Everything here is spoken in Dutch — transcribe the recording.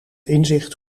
inzicht